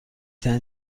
ترین